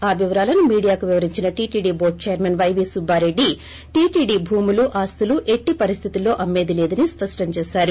ఆ వివరాలను మీడియాకు వివరించిన టీటీడీ టోర్దు చైర్మన్ పైవి సుబ్బారెడ్డి టీటీడీ భూములు ఆస్తులు ఎట్టి పరిస్టితిల్లో అమ్మేదిలేదని స్పష్టం చేశారు